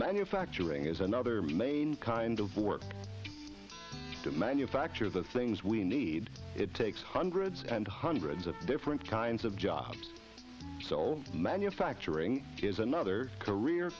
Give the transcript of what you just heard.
manufacturing is another main kind of work to manufacture the things we need it takes hundreds and hundreds of different kinds of jobs sole manufacturing is another career